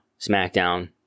SmackDown